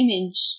image